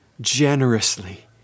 generously